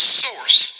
source